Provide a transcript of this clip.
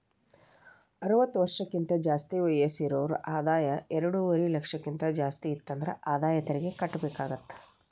ಅರವತ್ತ ವರ್ಷಕ್ಕಿಂತ ಜಾಸ್ತಿ ವಯಸ್ಸಿರೋರ್ ಆದಾಯ ಎರಡುವರಿ ಲಕ್ಷಕ್ಕಿಂತ ಜಾಸ್ತಿ ಇತ್ತಂದ್ರ ಆದಾಯ ತೆರಿಗಿ ಕಟ್ಟಬೇಕಾಗತ್ತಾ